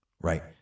right